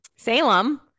Salem